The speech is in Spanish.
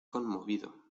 conmovido